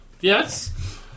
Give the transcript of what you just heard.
Yes